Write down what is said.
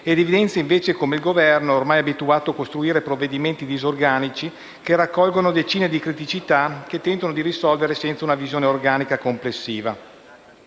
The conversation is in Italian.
Ciò evidenzia come il Governo sia ormai abituato a costruire provvedimenti disorganici che raccolgono decine di criticità che tentano di risolvere senza una visione organica e complessiva.